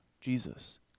Jesus